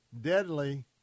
deadly